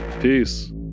Peace